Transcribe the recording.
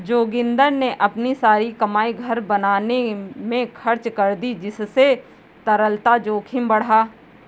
जोगिंदर ने अपनी सारी कमाई घर बनाने में खर्च कर दी जिससे तरलता जोखिम बढ़ा